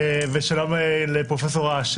שלום לפרופ' אש,